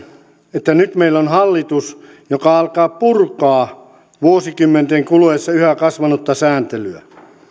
että nyt meillä on hallitus joka alkaa purkaa vuosikymmenten kuluessa yhä kasvanutta sääntelyä